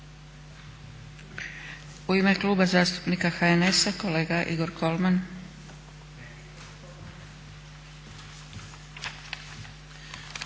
U ime Kluba zastupnika HNS-a kolega Igor Kolman.